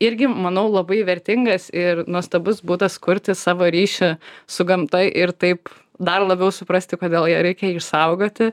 irgi manau labai vertingas ir nuostabus būdas kurti savo ryšį su gamta ir taip dar labiau suprasti kodėl ją reikia išsaugoti